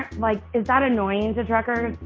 ah like is that annoying to truckers?